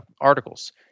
articles